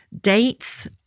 Dates